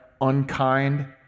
unkind